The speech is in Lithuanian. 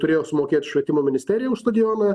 turėjo sumokėt švietimo ministerija už stadioną